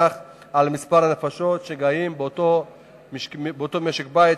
על מספר הנפשות שגרות באותו משק-בית,